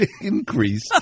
increase